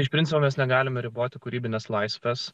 iš principo mes negalime riboti kūrybinės laisvės